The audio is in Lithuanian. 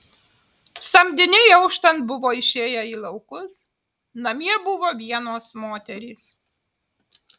samdiniai auštant buvo išėję į laukus namie buvo vienos moterys